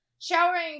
Showering